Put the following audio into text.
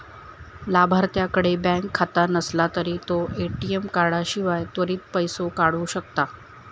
लाभार्थ्याकडे बँक खाता नसला तरी तो ए.टी.एम कार्डाशिवाय त्वरित पैसो काढू शकता